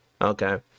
okay